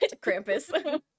Krampus